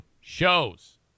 shows